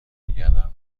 گردن